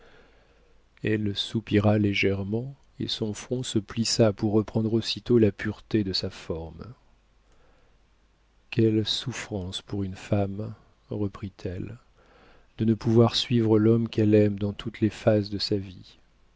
elle soupira légèrement et son front se plissa pour reprendre aussitôt la pureté de sa forme quelles souffrances pour une femme reprit-elle de ne pouvoir suivre l'homme qu'elle aime dans toutes les phases de sa vie